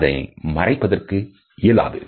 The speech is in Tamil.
அதனை மறைப்பதற்கு இயலாது